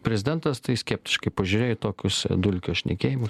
prezidentas tai skeptiškai pažiūrėjo į tokius dulkio šnekėjimu